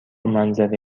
منظره